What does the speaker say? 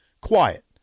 quiet